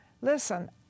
listen